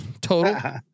total